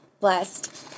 blessed